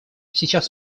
сейчас